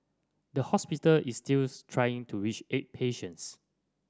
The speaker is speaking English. the hospital is still trying to reach eight patients